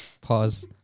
Pause